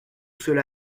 cela